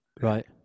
Right